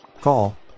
Call